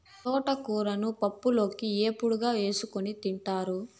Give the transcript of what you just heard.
తోటకూరను పప్పులోకి, ఏపుడుగా చేసుకోని తింటారు